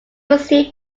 received